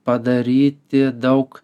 padaryti daug